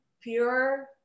pure